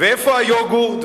ואיפה היוגורט?